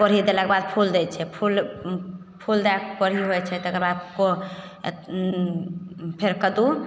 कोढ़ी देलाके बाद फूल दै छै फूल फूल दएकऽ कोढ़ी होइत छै तेकर बाद फेर कद्दू